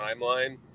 timeline